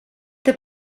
the